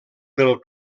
pel